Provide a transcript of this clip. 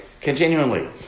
Continually